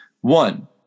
One